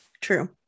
True